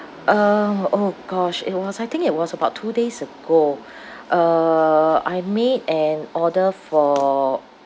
uh oh gosh it was I think it was about two days ago uh I made an order for